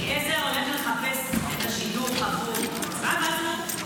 אליעזר הולך לחפש את השידוך עבור יצחק,